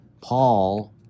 Paul